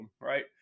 Right